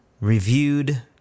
reviewed